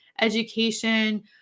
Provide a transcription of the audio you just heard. education